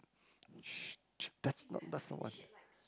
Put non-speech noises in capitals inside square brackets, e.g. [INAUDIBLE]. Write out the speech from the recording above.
[NOISE] that's not that's not what